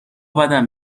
بدم